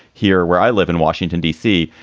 here where i live in washington, d c,